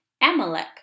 Amalek